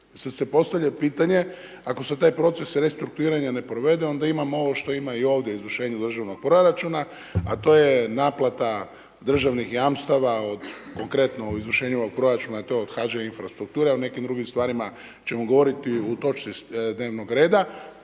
sad se postavlja pitanje ako se taj proces restrukturiranja ne provede onda imamo ovo što ima i ovdje u izvršenju državnog proračuna a to je naplata državnih jamstava o konkretno u izvršenju ovog proračuna je to od HŽ infrastrukture a o nekim drugim stvarima ćemo govoriti u točci dnevnog reda.